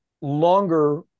longer